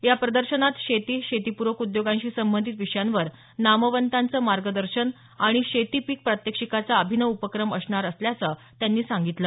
या प्रदर्शनात शेती शेतीप्रक उद्योगांशी संबंधित विषयांवर नामवंतांचं मार्गदर्शन आणि शेती पीक प्रात्याक्षिकाचा अभिनव उपक्रम असणार असल्याचं त्यांनी सांगितलं